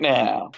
now